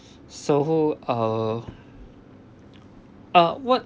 so who uh uh what